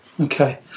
okay